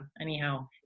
anyhow